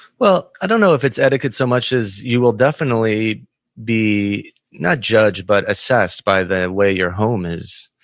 well, i don't know if it's etiquette so much as you will definitely be not judged, but assessed by the way your home is,